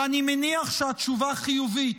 ואני מניח שהתשובה חיובית.